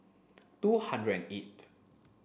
two hundred and eighth